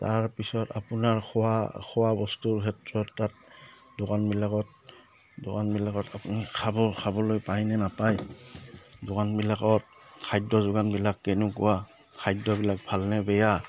তাৰপিছত আপোনাৰ খোৱা খোৱা বস্তুৰ ক্ষেত্ৰত তাত দোকানবিলাকত দোকানবিলাকত আপুনি খাব খাবলৈ পায়নে নাপায় দোকানবিলাকত খাদ্য যোগানবিলাক কেনেকুৱা খাদ্যবিলাক ভালনে বেয়া